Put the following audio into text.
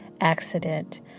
accident